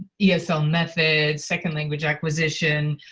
yeah so methods, second language acquisition.